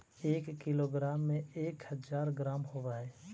एक किलोग्राम में एक हज़ार ग्राम होव हई